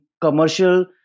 commercial